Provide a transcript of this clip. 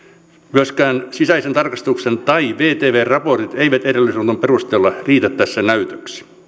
myöskään sisäisen tarkastuksen tai vtvn raportit eivät edellä sanotun perusteella riitä tässä näytöksi